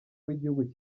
w’igihugu